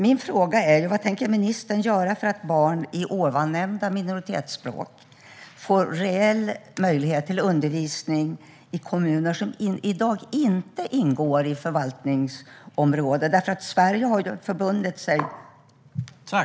Min fråga är: Vad tänker ministern göra för att barn med nämnda minoritetsspråk får reell möjlighet till undervisning i kommuner som i dag inte ingår i ett förvaltningsområde? Sverige har förbundit sig där.